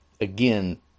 again